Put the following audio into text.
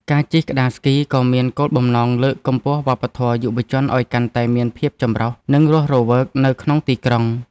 ការជិះក្ដារស្គីក៏មានគោលបំណងលើកកម្ពស់វប្បធម៌យុវជនឱ្យកាន់តែមានភាពចម្រុះ និងរស់រវើកនៅក្នុងទីក្រុង។